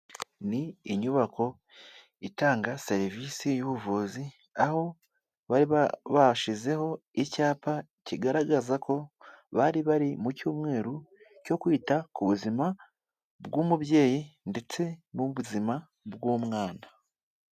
Ni inyubako itanga serivisi y'ubuvuzi, aho bari bashyizeho icyapa kigaragaza ko bari bari mu cyumweru cyo kwita ku buzima bw'umubyeyi ndetse n'ubuzima bw'umwana.